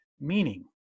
meaning